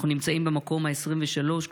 אנחנו נמצאים במקום ה-83,